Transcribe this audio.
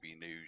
news